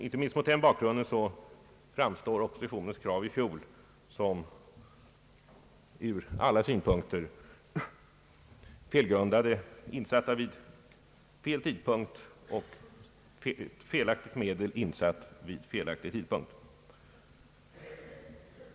Icke minst mot den bakgrunden framstår oppositionens krav i fjol som ur alla synpunkter oriktiga — felaktigt medel insatt vid felaktig tidpunkt.